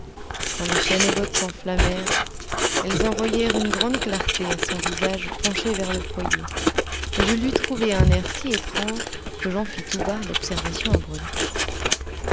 quand les chènevottes s'enflammèrent elles envoyèrent une grande clarté à son visage penché vers le foyer et je lui trouvai un air si étrange que j'en fis tout bas l'observation à brulette